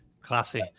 Classy